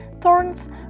thorns